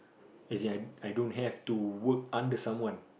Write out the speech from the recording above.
as in I I don't have to work under someone